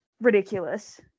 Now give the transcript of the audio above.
ridiculous